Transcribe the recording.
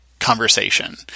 conversation